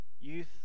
youth